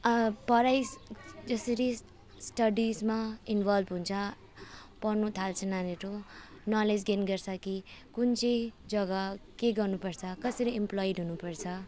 पढाइ त्यसरी स्टडिसमा इन्बल्ब हुन्छ पढ्नु थाल्छ नानीहरू नलेज गेन गर्छ कि कुन चाहिँ जग्गा के गर्नुपर्छ कसरी एमप्लोइड हुनुपर्छ